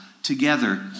together